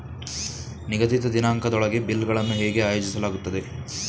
ನಿಗದಿತ ದಿನಾಂಕದೊಳಗೆ ಬಿಲ್ ಗಳನ್ನು ಹೇಗೆ ಆಯೋಜಿಸಲಾಗುತ್ತದೆ?